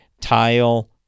tile